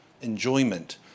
enjoyment